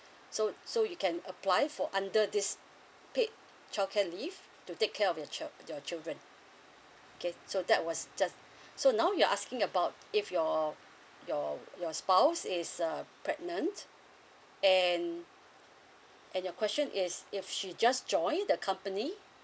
so so you can apply for under this paid child care leave to take care of your child your children okay so that was just so now you're asking about if your your your spouse is uh pregnant and and your question is if she just join the company